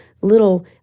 little